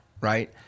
right